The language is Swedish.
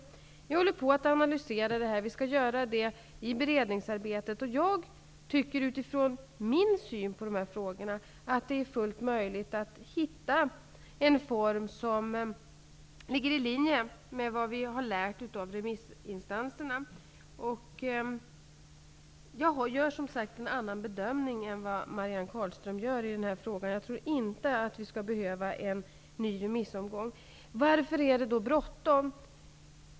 Vi håller på att analysera det här, och vi skall göra det i beredningsarbetet. Jag tycker utifrån min syn på dessa frågor att det är fullt möjligt att hitta en form som ligger i linje med vad vi har lärt av remissinstanserna. Jag gör som sagt en annan bedömning än Marianne Carlström i den här frågan. Jag tror inte att vi skall behöva en ny remissomgång. Marianne Carlström frågar varför det är så bråttom.